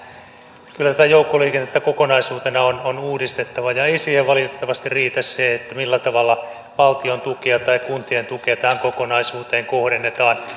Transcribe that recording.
kyllä tätä joukkoliikennettä kokonaisuutena on uudistettava ja ei siihen valitettavasti riitä se millä tavalla valtion tukia tai kuntien tukia tähän kokonaisuuteen kohdennetaan